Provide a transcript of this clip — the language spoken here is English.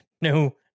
No